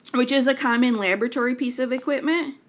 which is the common laboratory piece of equipment,